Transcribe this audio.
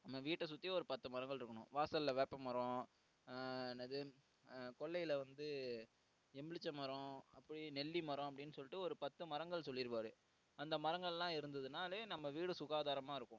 நம்ம வீட்டை சுற்றி ஒரு பத்து மரங்கள் இருக்கணும் வாசலில் வேப்ப மரம் என்னது கொல்லையில் வந்து எலும்புழுச்ச மரம் நெல்லி மரம் அப்படினு சொல்லிவிட்டு ஒரு பத்து மரங்கள் சொல்லியிருப்பாரு அந்த மரங்கள் எல்லாம் இருந்ததுனாலே நம்ம வீடு சுகாதாரமாக இருக்கும்